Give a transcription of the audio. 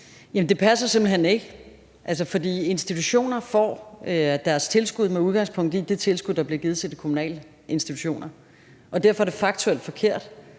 Det passer simpelt hen ikke, fordi institutioner får deres tilskud med udgangspunkt i det tilskud, der bliver givet til de kommunale institutioner, og derfor er det faktuelt forkert